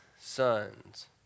sons